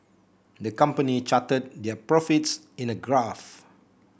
the company charted their profits in a graph